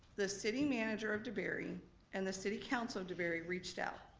the city manager of debary and the city council of debary reached out.